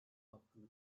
hakkını